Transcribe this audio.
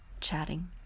chatting